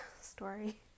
story